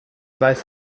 weiß